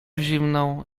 zimną